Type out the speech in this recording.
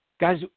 Guys